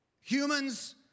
humans